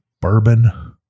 bourbon